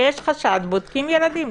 כשיש חשד, בודקים ילדים.